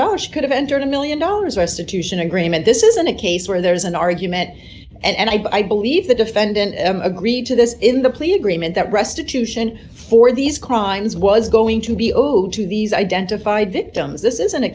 dollars could have entered a one million dollars restitution agreement this isn't a case where there's an argument and i believe the defendant agreed to this in the plea agreement that restitution for these crimes was going to be owed to these identified victims this isn't a